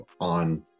on